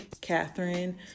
Catherine